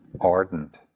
ardent